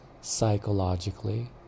psychologically